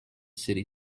city